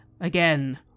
Again